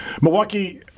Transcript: Milwaukee